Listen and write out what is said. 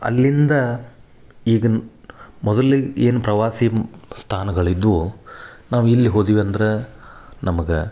ಅಲ್ಲಿಂದ ಈಗಿನ ಮೊದಲಿಗೆ ಏನು ಪ್ರವಾಸಿ ಸ್ಥಾನಗಳಿದ್ದವು ನಾವು ಇಲ್ಲಿ ಹೋದೆವಂದ್ರ ನಮ್ಗೆ